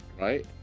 right